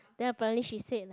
then apparently she said like